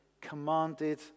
commanded